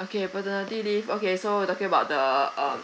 okay paternity leave okay so you're talking about the uh um